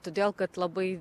todėl kad labai